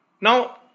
Now